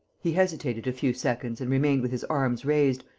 he hesitated a few seconds and remained with his arms raised,